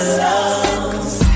love